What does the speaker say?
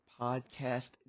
Podcast